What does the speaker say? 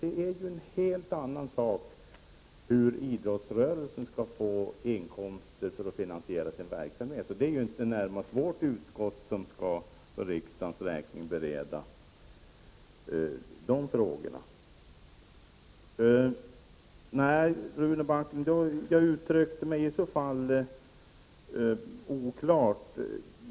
Sedan är det en helt annan sak hur idrottsrörelsen skall få inkomster för att finansiera sin verksamhet. Men det är inte socialförsäkringsutskottet som för riksdagens räkning närmast har att bereda sådana frågor. Jag uttryckte mig kanske oklart, Rune Backlund.